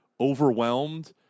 overwhelmed